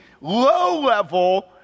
low-level